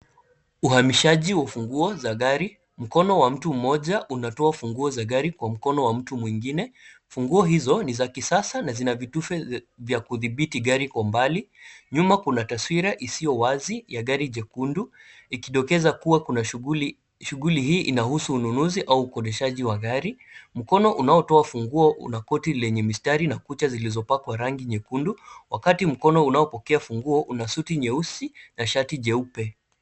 Uhamishaji wa funguo za gari, mkono wa mtu mmoja unatoa funguo za gari kwa mkono wa mtu mwingine. Funguo hizo ni za kisasa na zina vitufe vya kudhibiti gari kwa umbali. Nyuma kuna taswira isiyo wazi ya gari jekundu, ikidokeza kuwa kuna shughuli hii inahusu ununuzi au ukodishaji wa gari, mkono unaotoa funguo una koti lenye mistari na kucha zilizopakwa rangi nyekundu, wakati mkono unaopokea funguo, una suti nyeusi na shati jeupe.